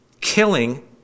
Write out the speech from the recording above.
killing